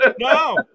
no